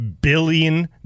billion